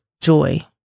joy